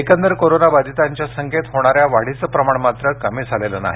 एकंदर कोरोना बाधितांच्या संख्येत होणाऱ्या वाढीचं प्रमाण मात्र कमी झालेलं नाही